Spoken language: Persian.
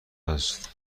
است